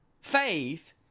faith